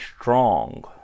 strong